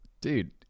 dude